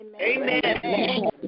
Amen